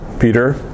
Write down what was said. Peter